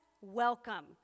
welcome